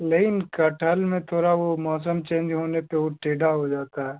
लेकिन कटहल में थोड़ा वो मौसम चेंज होने पर वो टेढ़ा हो जाता है